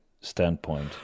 standpoint